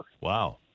Wow